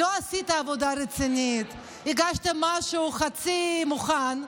לא עשית עבודה רצינית, הגשתם משהו חצי מוכן.